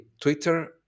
twitter